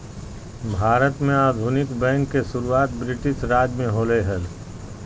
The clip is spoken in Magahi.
भारत में आधुनिक बैंक के शुरुआत ब्रिटिश राज में होलय हल